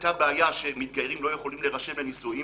היתה בעיה שמתגיירים לא יכולים להירשם לנישואין,